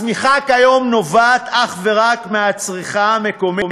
הצמיחה כיום נובעת אך ורק מהצריכה המקומית.